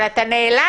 אבל אתה נעלב.